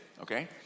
Okay